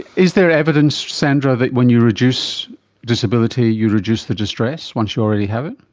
is there evidence, sandra, that when you reduce disability you reduce the distress, once you already have it?